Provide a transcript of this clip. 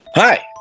Hi